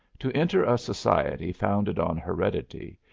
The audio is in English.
to enter a society founded on heredity,